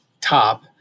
top